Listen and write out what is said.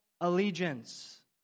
allegiance